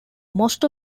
most